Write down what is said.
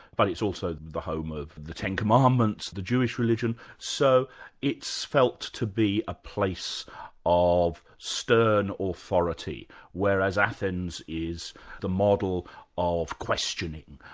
but it's also the home of the ten commandments, the jewish religion so it's felt to be a place of stern authority whereas athens is the model of questioning,